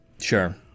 Sure